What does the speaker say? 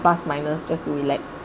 plus minus just to relax